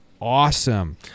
awesome